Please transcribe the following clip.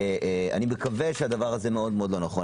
אני מקווה שזה מאוד לא נכון.